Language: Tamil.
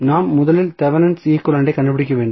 நாம் முதலில் தெவெனின் ஈக்வலன்ட் ஐ கண்டுபிடிக்க வேண்டும்